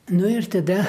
nu ir tada